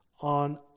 on